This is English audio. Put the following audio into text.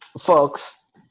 folks